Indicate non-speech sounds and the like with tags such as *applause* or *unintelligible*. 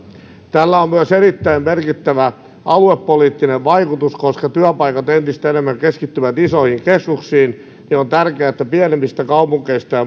tällä on myös erittäin merkittävä aluepoliittinen vaikutus koska työpaikat entistä enemmän keskittyvät isoihin keskuksiin joten on tärkeää että pienemmistä kaupungeista ja *unintelligible*